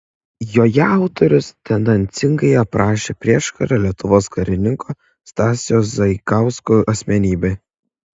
joje autorius tendencingai aprašė prieškario lietuvos karininko stasio zaikausko asmenybę